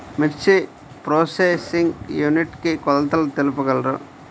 మిర్చి processing unit కి కొలతలు తెలుపగలరు?